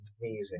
amazing